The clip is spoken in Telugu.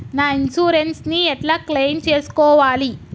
నా ఇన్సూరెన్స్ ని ఎట్ల క్లెయిమ్ చేస్కోవాలి?